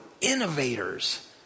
innovators